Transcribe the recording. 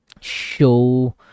show